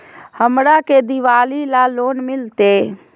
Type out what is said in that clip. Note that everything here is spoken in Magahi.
हमरा के दिवाली ला लोन मिलते?